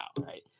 right